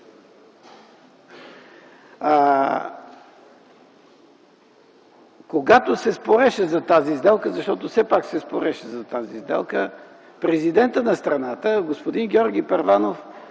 Когато се спореше за тази сделка, защото все пак се спореше за тази сделка, президентът на страната господин Георги Първанов